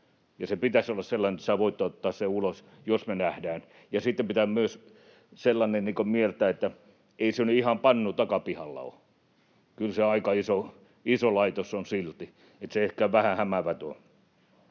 sen pitäisi olla sellainen, että sinä voit ottaa sen ulos, jos me nähdään, ja sitten pitää myös sellainen mieltää, että ei se nyt ihan pannu takapihalla ole. Kyllä se aika iso laitos on silti, että se on ehkä vähän hämäävä.